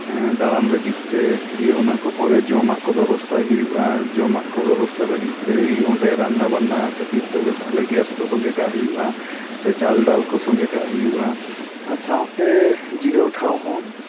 ᱦᱮᱸ ᱫᱟᱸᱬᱟᱱ ᱞᱟᱹᱜᱤᱫ ᱛᱮ ᱫᱤᱭᱮ ᱚᱱᱟ ᱠᱚ ᱯᱚᱨᱮ ᱡᱚᱢᱟᱜ ᱠᱚ ᱵᱮᱵᱚᱥᱛᱷᱟᱭ ᱦᱩᱭᱩᱜᱼᱟ ᱡᱚᱢᱟᱜ ᱠᱚ ᱵᱮᱵᱚᱥᱛᱷᱟ ᱞᱟᱹᱜᱤᱫ ᱛᱮ ᱚᱸᱰᱮ ᱨᱟᱱᱱᱟ ᱵᱟᱱᱱᱟ ᱠᱷᱟᱹᱛᱤᱨ ᱛᱮᱫᱚ ᱜᱮᱥ ᱠᱚ ᱥᱚᱝᱜᱮ ᱠᱟᱜ ᱦᱩᱭᱩᱜᱼᱟ ᱥᱮ ᱪᱟᱞ ᱰᱟᱞ ᱠᱚ ᱥᱚᱝᱜᱮ ᱠᱟᱜ ᱦᱩᱭᱩᱜᱼᱟ ᱟᱨ ᱥᱟᱶᱛᱮ ᱡᱤᱨᱟᱹᱣ ᱴᱷᱟᱣ ᱦᱚᱸ